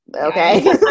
Okay